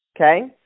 Okay